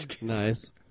Nice